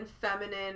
feminine